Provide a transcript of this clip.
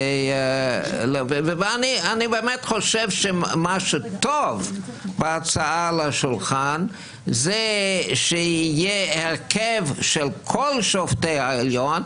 אני באמת חושב שמה שטוב בהצעה לשולחן זה שיהיה הרכב של כל שופטי העליון,